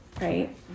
right